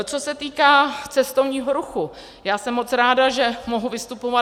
Co se týká cestovního ruchu, já jsem moc ráda, že mohu dnes vystupovat.